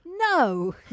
No